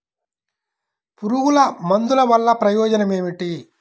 పురుగుల మందుల వల్ల ప్రయోజనం ఏమిటీ?